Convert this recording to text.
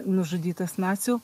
nužudytas nacių